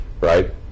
right